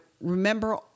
remember